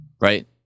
right